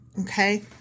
Okay